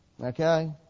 okay